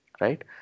right